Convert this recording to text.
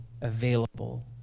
available